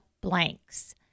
blanks